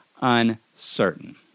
uncertain